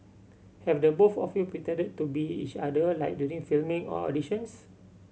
have the both of you pretended to be each other like during filming or auditions